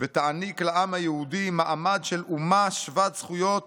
ותעניק לעם היהודי מעמד של אומה שוות זכויות